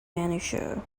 manager